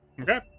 okay